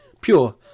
pure